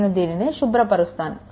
నేను దీనిని శుభ్రపరుస్తాను